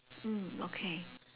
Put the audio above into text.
mm okay